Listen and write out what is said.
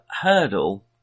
hurdle